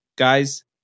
Guys